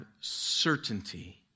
certainty